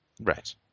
Right